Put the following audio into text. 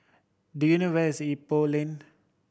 do you know where is Ipoh Lane